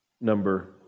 number